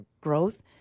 growth